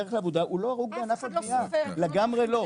בדרך לעבודה הוא לא הרוג בענף הבנייה, לגמרי לא.